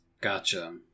Gotcha